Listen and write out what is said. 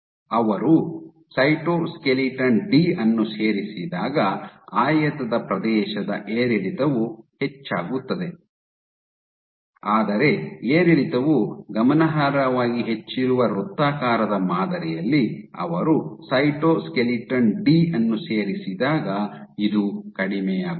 ಅವರು cytoskeleton D ಅನ್ನು ಸೇರಿಸಿದಾಗ ಆಯತದ ಪ್ರದೇಶದ ಏರಿಳಿತವು ಹೆಚ್ಚಾಗುತ್ತದೆ ಆದರೆ ಏರಿಳಿತವು ಗಮನಾರ್ಹವಾಗಿ ಹೆಚ್ಚಿರುವ ವೃತ್ತಾಕಾರದ ಮಾದರಿಯಲ್ಲಿ ಅವರು ಸೈಟೋಸ್ಕೆಲಿಟನ್ ಡಿ ಅನ್ನು ಸೇರಿಸಿದಾಗ ಇದು ಕಡಿಮೆಯಾಗುತ್ತದೆ